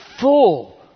full